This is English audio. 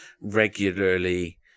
regularly